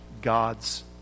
God's